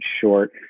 short